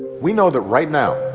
we know that right now,